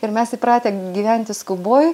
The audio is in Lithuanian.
ir mes įpratę gyventi skuboj